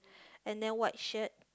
and then white shirt